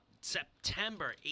September